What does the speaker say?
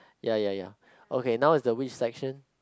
ya ya ya okay now is the which section